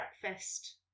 breakfast